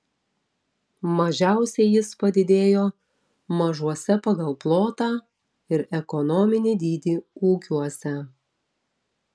mažiausiai jis padidėjo mažuose pagal plotą ir ekonominį dydį ūkiuose